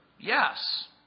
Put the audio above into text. Yes